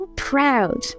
proud